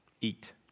eat